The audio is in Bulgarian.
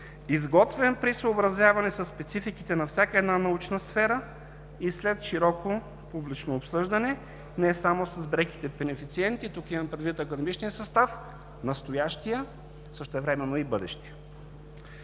изготвен при съобразяване със спецификите на всяка научна сфера и след широко публично обсъждане, не само с преките бенефициенти. Тук имам предвид настоящия академичен състав, същевременно и бъдещия.